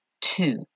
two